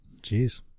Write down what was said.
Jeez